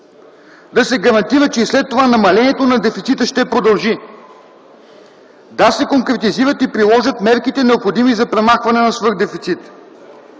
Да се гарантира, че и след това намалението на дефицита ще продължи. Да се конкретизират и приложат мерките, необходими за премахване на свръх дефицит.